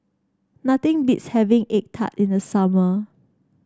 nothing beats having egg tart in the summer